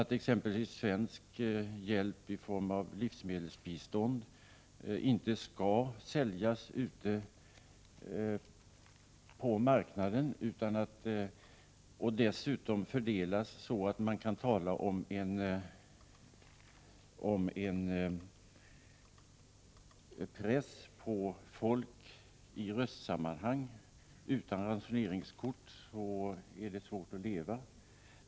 Exempelvis skall svensk hjälp i form av livsmedelsbistånd inte säljas ute på marknaden, och det skall dessutom fördelas så att man inte kan tala om en press på folk i röstsammanhang — utan ransoneringskort är det svårt att leva.